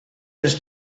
was